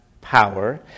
power